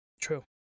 True